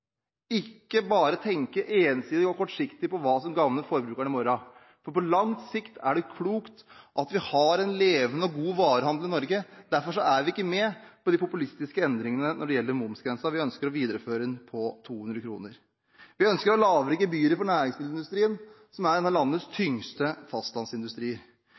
ikke bare å tenke ensidig og kortsiktig på hva som gagner forbrukerne i morgen. For på lang sikt er det klokt at vi har en levende og god varehandel i Norge. Derfor er vi ikke med på de populistiske endringene når det gjelder momsgrensen. Vi ønsker å videreføre den på 200 kr. Vi ønsker å ha lavere gebyrer for næringsmiddelindustrien, som er en av landets